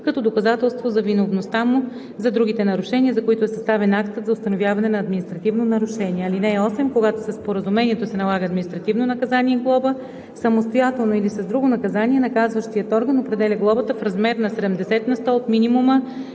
като доказателство за виновността му за другите нарушения, за които е съставен актът за установяване на административно нарушение. (8) Когато със споразумението се налага административно наказание глоба – самостоятелно или с друго наказание, наказващият орган определя глобата в размер на 70 на сто от минимума